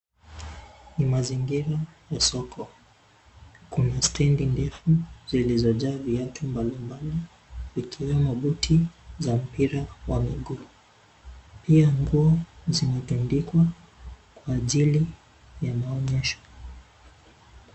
Ni mazingira ya soko. Kuna stendi ndefu zilizojaa viatu mbalimbali, vikiwemo buti za mpira wa miguu. Pia nguo zimetandikwa kwa ajili ya maonyesho.